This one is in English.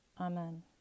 Amen